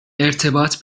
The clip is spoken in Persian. ارتباط